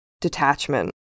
detachment